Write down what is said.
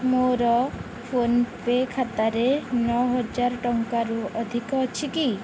ମୋର ଫୋନ୍ପେ ଖାତାରେ ନଅହାଜର ଟଙ୍କାରୁ ଅଧିକ ଅଛି କି